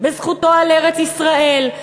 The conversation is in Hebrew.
בזכותו על ארץ-ישראל,